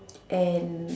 and